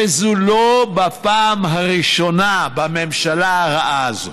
וזה לא בפעם הראשונה בממשלה הרעה הזאת.